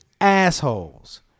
assholes